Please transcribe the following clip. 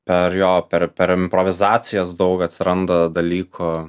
per jo per per improvizacijas daug atsiranda dalykų